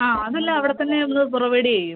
ആ അത് എല്ലാം അവിടെ തന്നെ ഒന്ന് പ്രൊവൈഡ് ചെയ്യും